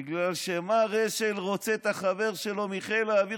בגלל שמר אשל רוצה את החבר שלו מחיל האוויר,